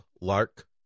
lark